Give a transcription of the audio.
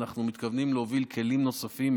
ואנחנו מתכוונים להוביל כלים נוספים,